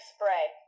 Spray